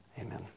Amen